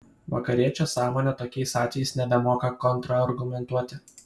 vakariečio sąmonė tokiais atvejais nebemoka kontrargumentuoti